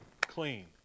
Clean